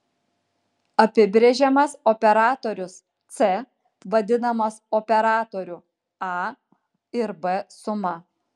apibrėžiamas operatorius c vadinamas operatorių a ir b suma